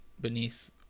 beneath